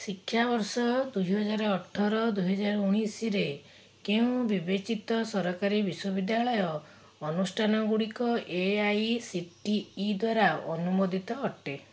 ଶିକ୍ଷାବର୍ଷ ଦୁଇ ହଜାର ଅଠର ଦୁଇ ହଜାର ଉଣେଇଶରେ କେଉଁ ବିବେଚିତ ସରକାରୀ ବିଶ୍ୱବିଦ୍ୟାଳୟ ଅନୁଷ୍ଠାନ ଗୁଡ଼ିକ A I C T E ଦ୍ଵାରା ଅନୁମୋଦିତ ଅଟେ